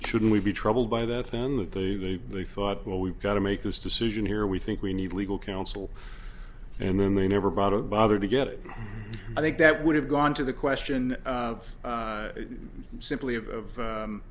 should we be troubled by that then that they they they thought well we've got to make this decision here we think we need legal counsel and then they never bothered bother to get it i think that would have gone to the question of simply of